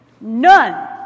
None